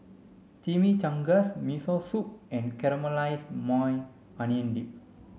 Chimichangas Miso Soup and Caramelized Maui Onion Dip